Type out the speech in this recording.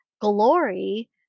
glory